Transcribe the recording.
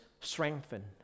strengthened